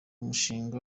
umushinga